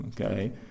Okay